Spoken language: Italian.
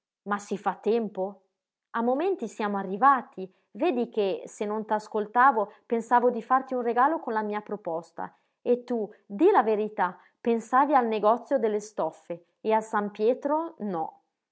ma si fa a tempo a momenti siamo arrivati vedi che se non t'ascoltavo pensavo di farti un regalo con la mia proposta e tu di la verità pensavi al negozio delle stoffe e a san pietro no